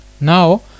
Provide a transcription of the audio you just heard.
Now